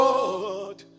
Lord